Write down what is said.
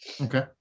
Okay